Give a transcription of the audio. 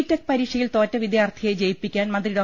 tech പരീക്ഷയിൽ തോറ്റ വിദ്യാർത്ഥിയെ ജയിപ്പി ക്കാൻ മന്ത്രി ഡോ